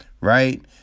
right